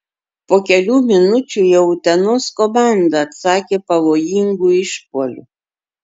po kelių minučių jau utenos komanda atsakė pavojingu išpuoliu